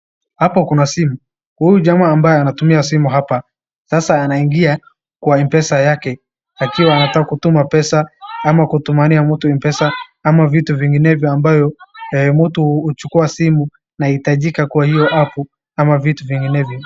Hapa kuna simu, huyu jamaa ambaye anatumia simu hapa sasa anaingia kwa mpesa yake akiwa anataka kutuma pesa, ama kutumania mtu mpesa, ama vitu vinginevyo ambayo, mtu uchukua simu naitajika kwa hiyo apu ama vitu vinginevyo.